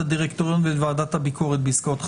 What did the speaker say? הדירקטוריון ואת ועדת הביקורת בעסקאות חריגות?